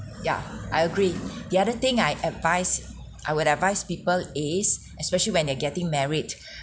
ya I agree the other thing I advice I would advise people is especially when they're getting married